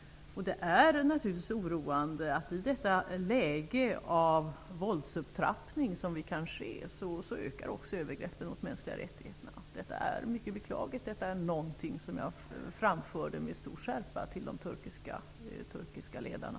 Det är naturligtvis oroande att också övergreppen mot de mänskliga rättigheterna ökar i detta läge av våldsupptrappning. Detta är mycket beklagligt, vilket jag också framförde med stor skärpa till de turkiska ledarna.